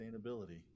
sustainability